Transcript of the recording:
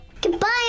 Goodbye